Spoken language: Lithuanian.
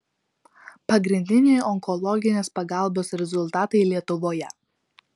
pagrindiniai onkologinės pagalbos rezultatai lietuvoje